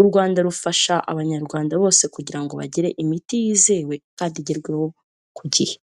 u Rwanda rufasha abanyarwanda bose kugira ngo bagire imiti yizewe kandi igerwaho ku gihe.